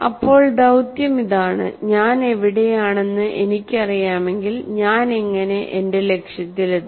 അപ്പോൾ ദൌത്യം ഇതാണ് ഞാൻ എവിടെയാണെന്ന് എനിക്കറിയാമെങ്കിൽ ഞാൻ എങ്ങനെ എന്റെ ലക്ഷ്യത്തിലെത്തും